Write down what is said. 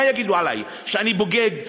מה יגידו עלי, שאני בוגד?